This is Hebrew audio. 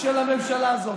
של הממשלה הזאת.